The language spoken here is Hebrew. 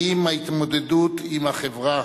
כי אם ההתמודדות עם החברה,